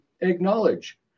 acknowledge